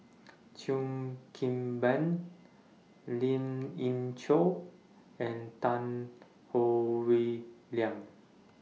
Cheo Kim Ban Lin Ying Chow and Tan Howe Liang